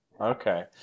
Okay